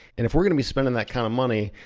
and if we're gonna be spending that kind of money,